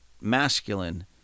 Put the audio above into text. masculine